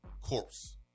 corpse